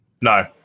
No